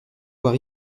voir